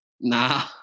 Nah